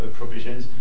provisions